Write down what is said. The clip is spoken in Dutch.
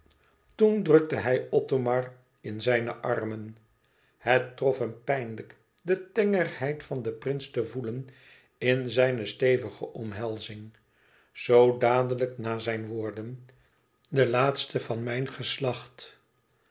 toen drukte hij othomar in zijne armen het trof hem pijnlijk de tengerheid van den prins te voelen in zijne stevige omhelzing zoo dadelijk na zijne woorden de laatste van mijn geslacht